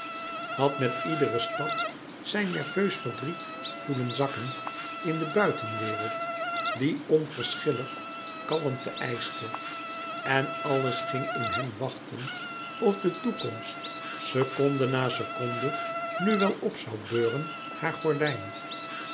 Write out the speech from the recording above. had met iederen stap zijn nerveus verdriet voelen zakken in de buitenwereld die louis couperus metamorfoze onverschillig kalmte eischte en alles ging in hem wachten of de toekomst seconde na seconde nu wel op zoû beuren haar gordijn